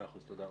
תודה.